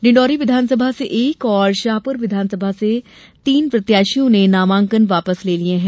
डिण्डौरी विधानसभा से एक और शहपुरा विधानसभा से तीन प्रत्याशियों ने नामांकन वापस ले लिए हैं